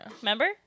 remember